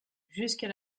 jusqu’à